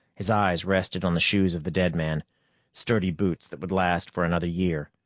his eyes rested on the shoes of the dead man sturdy boots that would last for another year.